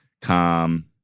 Calm